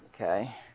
Okay